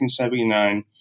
1979